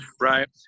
right